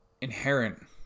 inherent